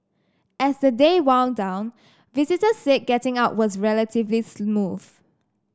as the day wound down visitors said getting out was relatively smooth